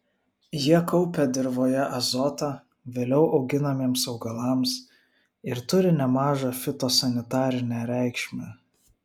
jie kaupia dirvoje azotą vėliau auginamiems augalams ir turi nemažą fitosanitarinę reikšmę